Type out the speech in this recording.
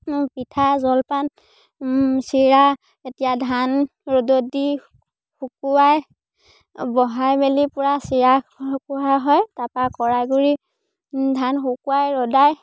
পিঠা জলপান চিৰা এতিয়া ধান ৰ'দত দি শুকুৱাই বহাই মেলি পূৰা চিৰা হয় তাৰপৰা কৰাই গুড়ি ধান শুকুৱাই ৰ'দাই